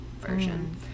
version